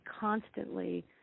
constantly